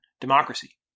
democracy